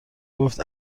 گفت